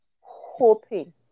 hoping